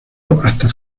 hasta